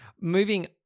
moving